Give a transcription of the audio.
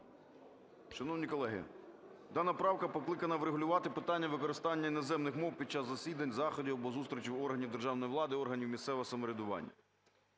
Шановні колеги! Дана правка покликана врегулювати питання використання іноземних мов під час засідань, заходів або зустрічей в органах державної влади, органів місцевого самоврядування.